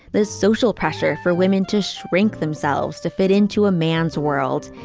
there's social pressure for women to shrink themselves to fit into a man's world.